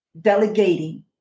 delegating